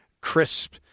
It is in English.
crisp